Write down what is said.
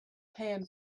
pan